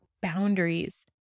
boundaries